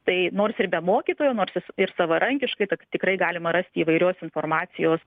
tai nors ir be mokytojo nosis ir ir savarankiškai tad tikrai galima rasti įvairios informacijos